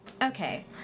Okay